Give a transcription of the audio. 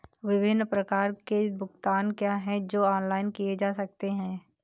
विभिन्न प्रकार के भुगतान क्या हैं जो ऑनलाइन किए जा सकते हैं?